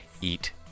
eat